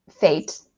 fate